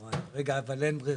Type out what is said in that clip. רגע, אבל אין ברירה.